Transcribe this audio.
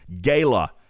gala